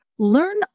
Learn